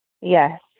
Yes